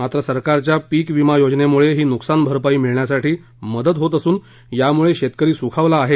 मात्र सरकारच्या पीकविमा योजनेमुळे ही नुकसानभरपाई मिळण्यासाठी मदत होत असून यामुळे शेतकरी सुखावला आहे